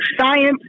science